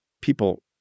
people